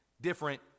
different